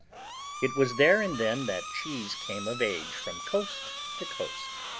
it was there and then that cheese came of age from coast to coast.